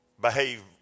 behave